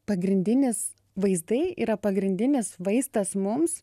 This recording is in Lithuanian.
pagrindinis vaizdai yra pagrindinis vaistas mums